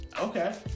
Okay